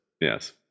Yes